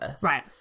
Right